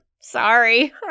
sorry